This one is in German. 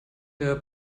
der